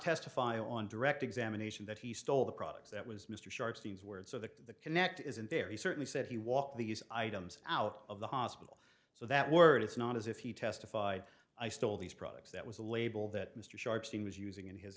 testify on direct examination that he stole the products that was mr sharp scenes where and so the connect is in there he certainly said he walked these items out of the hospital so that word it's not as if he testified i stole these products that was the label that mr sharpstein was using in his